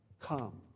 Come